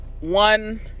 one